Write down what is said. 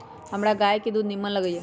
हमरा गाय के दूध निम्मन लगइय